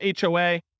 HOA